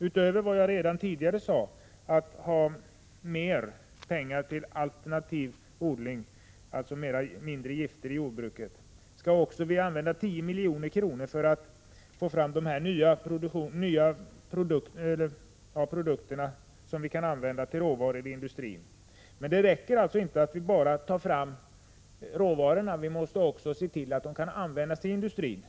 Utöver vad jag tidigare sade om att vi vill anslå mer pengar till alternativ odling, med mindre gifter i jordbruket, vill vi också använda 10 milj.kr. för att få fram de nya produkter som kan användas som råvara till industrin. Det räcker alltså inte att bara ta fram råvarorna, utan man måste också se till att de kan användas i industrin.